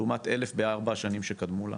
לעומת אלף בארבע השנים שקדמו לה.